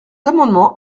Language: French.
amendement